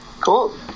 Cool